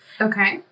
okay